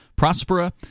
Prospera